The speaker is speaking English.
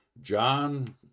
John